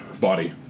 body